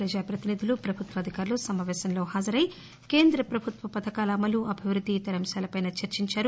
BJP ప్రతినిధులు ప్రభుత్వ అధికారులు సమాపేశంలో హాజరై కేంద్ర ప్రభుత్వ పథకాల అమలు అభివృద్ది ఇతర అంశాలపైన చర్చించారు